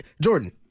Jordan